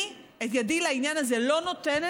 אני את ידי לעניין הזה לא נותנת,